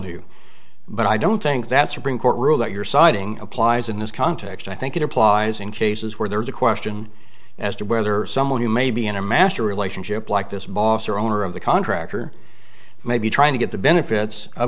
do but i don't think that supreme court rule that you're citing applies in this context i think it applies in cases where there is a question as to whether someone who may be in a master relationship like this boss or owner of the contractor may be trying to get the benefits of